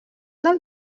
del